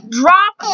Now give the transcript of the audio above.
drop